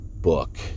book